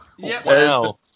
Wow